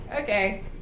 okay